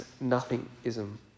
nothingism